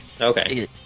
okay